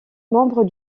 membre